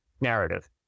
narrative